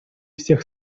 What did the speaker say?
всех